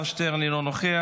אלעזר שטרן, אינו נוכח,